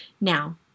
Now